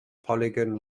polygon